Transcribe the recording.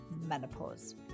menopause